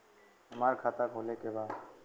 हमार खाता खोले के बा?